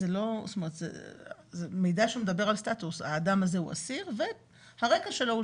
זה מידע שמדבר על סטטוס והרקע שלו הוא